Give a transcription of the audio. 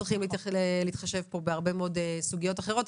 צריכים להתחשב פה בהרבה מאוד סוגיות אחרות,